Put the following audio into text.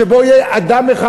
שבו יהיה אדם אחד,